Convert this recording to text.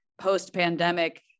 post-pandemic